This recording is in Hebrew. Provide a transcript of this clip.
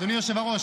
אדוני היושב-ראש,